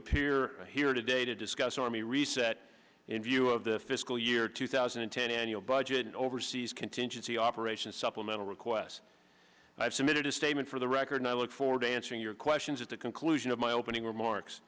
appear here today to discuss an army reset in view of the fiscal year two thousand and ten annual budget and overseas contingency operations supplemental request i submitted a statement for the record i look forward to answering your questions at the conclusion of my opening remarks